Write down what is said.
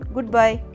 Goodbye